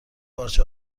پارچ